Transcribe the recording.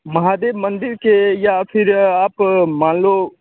महादेव मंदिर के या फिर आप मान लो